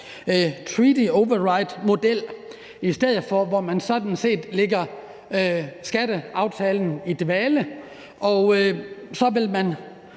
treaty override-model i stedet for, hvor man sådan set lægger skatteaftalen i dvale, og så vil man,